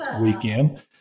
weekend